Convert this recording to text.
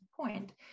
point